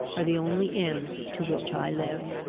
are the only ends to which i live.